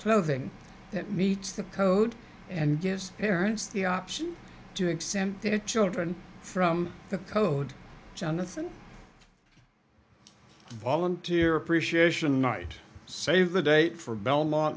clothing that meets the code and gives parents the option to exempt their children from the code jonathan volunteer appreciation night save the date for belmont